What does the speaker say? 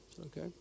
okay